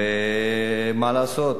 ומה לעשות,